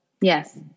Yes